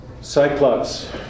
Cyclops